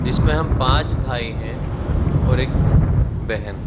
جس میں ہم پانچ بھائی ہیں اور ایک بہن